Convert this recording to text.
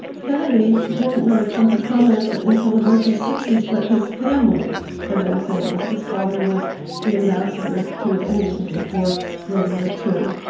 kennedy didn't really come to prominence until the nineteen sixty s, but his family had been famous, his father was the ambassador to england before world war ii.